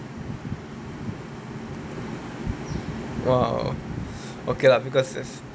!wow! okay lah because it's